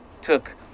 took